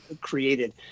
created